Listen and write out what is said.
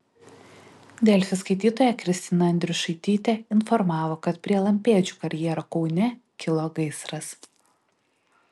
delfi skaitytoja kristina andriušaitytė informavo kad prie lampėdžių karjero kaune kilo gaisras